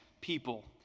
people